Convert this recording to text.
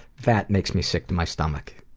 that makes me sick to my stomach,